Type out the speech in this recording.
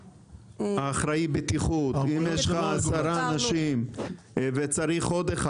האחראי בטיחות; אם יש לך עשרה אנשים וצריך עוד אחד